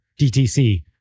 DTC